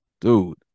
dude